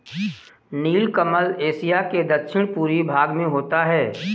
नीलकमल Asia के दक्षिण पूर्वी भाग में होता है